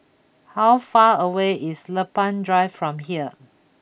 how far away is Lempeng Drive from here